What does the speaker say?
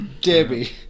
Debbie